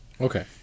Okay